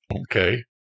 Okay